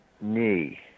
knee